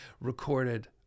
recorded